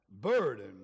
burden